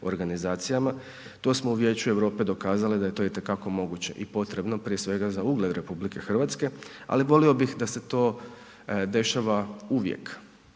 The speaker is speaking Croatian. organizacijama. To smo u Vijeću Europe dokazali da je to itekako moguće i potrebno prije svega za ugled RH, ali volio bih da se to dešava uvijek